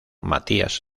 matías